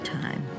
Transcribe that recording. time